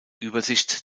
übersicht